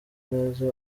neza